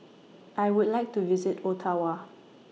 I Would like to visit Ottawa